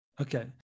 Okay